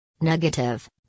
Negative